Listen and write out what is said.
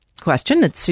question